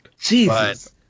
Jesus